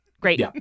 Great